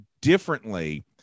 differently